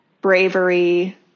bravery